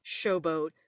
showboat